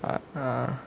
but uh